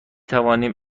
توانیم